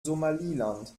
somaliland